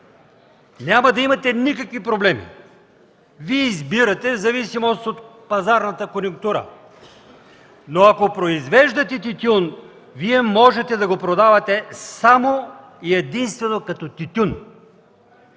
няма да имате никакви проблеми. Вие избирате в зависимост от пазарната конюнктура. Но ако произвеждате тютюн, можете да го продавате само и единствено като тютюн.